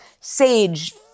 sage